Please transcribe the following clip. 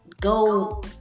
go